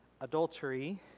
adultery